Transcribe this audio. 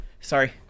Sorry